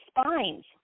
spines